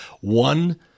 one